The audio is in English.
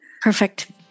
Perfect